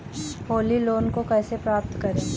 Holi loan को कैसे प्राप्त करें?